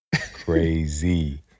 Crazy